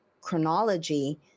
chronology